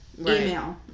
email